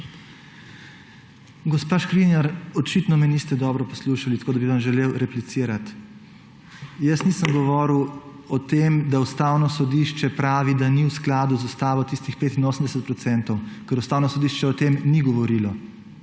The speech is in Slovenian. Gospa Škrinjar, očitno me niste dobro poslušali, tako da bi vam želel replicirati. Jaz nisem govoril o tem, da Ustavno sodišče pravi, da ni v skladu z Ustavo tistih 85 %, ker Ustavno sodišče o tem ni govorilo.